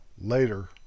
later